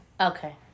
Okay